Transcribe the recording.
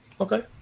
Okay